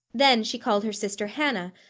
then she called her sister hannah,